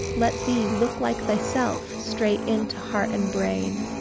let thee look like thyself straight into heart and brain.